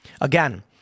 Again